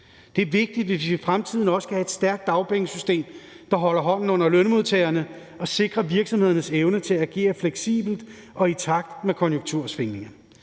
Det er vigtigt, hvis vi i fremtiden også skal have et stærkt dagpengesystem, der holder hånden under lønmodtagerne og sikrer virksomhedernes evne til at agere fleksibelt og i takt med konjunktursvingninger.